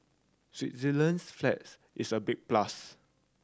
Switzerland's flag is a big plus